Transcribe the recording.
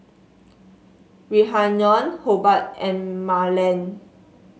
Rhiannon Hobart and Marland